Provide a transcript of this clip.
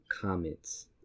comments